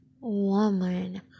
woman